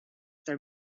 their